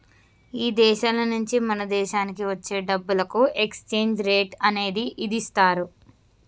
ఇదేశాల నుంచి మన దేశానికి వచ్చే డబ్బులకు ఎక్స్చేంజ్ రేట్ అనేది ఇదిస్తారు